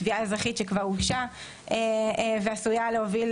תביעה אזרחית שכבר הוגשה ועשויה להוביל,